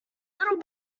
little